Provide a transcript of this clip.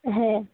হ্যাঁ